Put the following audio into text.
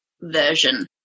version